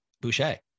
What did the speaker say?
Boucher